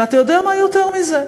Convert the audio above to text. ואתה יודע מה, יותר מזה: